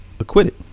acquitted